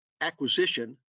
acquisition